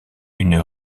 une